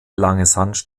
sandstrand